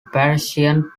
parisian